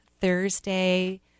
Thursday